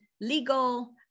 legal